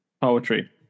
Poetry